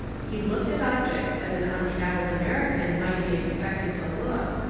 he looked at objects as an untravelled american might be expected to look,